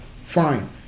fine